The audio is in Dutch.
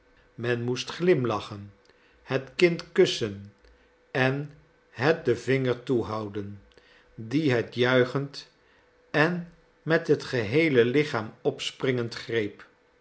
men moest glimlachen het kind kussen en het den vinger toehouden dien het juichend en met het geheele lichaam opspringend greep